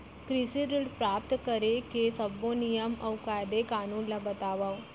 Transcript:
कृषि ऋण प्राप्त करेके सब्बो नियम अऊ कायदे कानून ला बतावव?